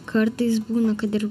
kartais būna kad ir